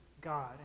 God